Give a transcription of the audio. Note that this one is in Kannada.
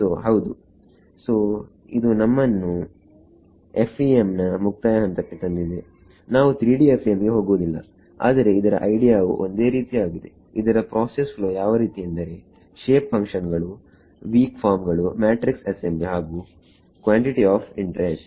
ಸೋಹೌದು ಸೋಇದು ನಮ್ಮನ್ನು FEMನ ಮುಕ್ತಾಯ ಹಂತಕ್ಕೆ ತಂದಿದೆ ನಾವು 3D FEMಗೆ ಹೋಗುವುದಿಲ್ಲ ಆದರೆ ಅದರ ಐಡಿಯಾವು ಒಂದೇ ರೀತಿಯಾಗಿದೆ ಇದರ ಪ್ರೋಸೆಸ್ ಫ್ಲೋವ್ ಯಾವ ರೀತಿ ಎಂದರೆ ಶೇಪ್ ಫಂಕ್ಷನ್ ಗಳುವೀಕ್ ಫಾರ್ಮ್ ಗಳುಮ್ಯಾಟ್ರಿಕ್ಸ್ ಅಸೆಂಬ್ಲಿ ಹಾಗು ಕ್ವಾಂಟಿಟಿ ಆಫ್ ಇಂಟ್ರೆಸ್ಟ್